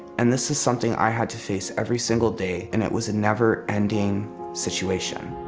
and this is something i had to face every single day and it was a never ending situation.